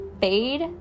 fade